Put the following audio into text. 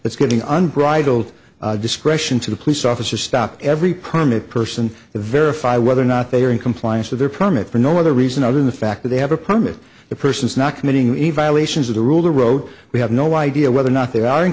it's getting un bridled discretion to the police officer stop every permit person to verify whether or not they are in compliance with their permit for no other reason other the fact that they have a permit the person is not committing a violation of the rule or road we have no idea whether or not they are in